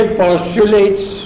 postulates